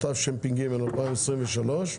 התשפ"ג 2023,